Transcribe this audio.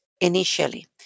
initially